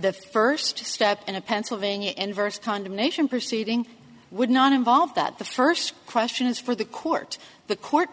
the first step in a pennsylvania inversed condemnation proceeding would not involve that the first question is for the court the court